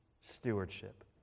stewardship